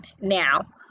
Now